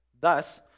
Thus